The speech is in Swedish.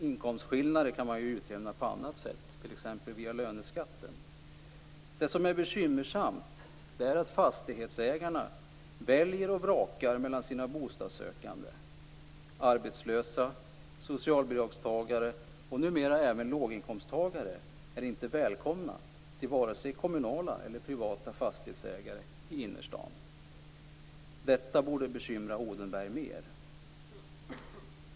Inkomstskillnader kan man utjämna på annat sätt, t.ex. via löneskatten. Det som är bekymmersamt är att fastighetsägarna väljer och vrakar mellan sina bostadssökande. Varken arbetslösa eller socialbidragstagare, och numera inte heller låginkomsttagare, är välkomna till kommunala eller privata fastighetsägare i innerstaden. Detta borde bekymra Odenberg mer.